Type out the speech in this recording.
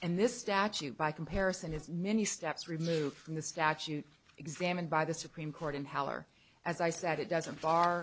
and this statute by comparison is many steps removed from the statute examined by the supreme court in heller as i said it doesn't bar